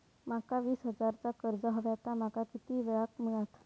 माका वीस हजार चा कर्ज हव्या ता माका किती वेळा क मिळात?